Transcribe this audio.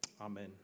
Amen